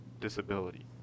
disability